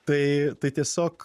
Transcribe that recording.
tai tai tiesiog